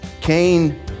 Cain